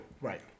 Right